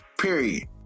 Period